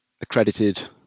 accredited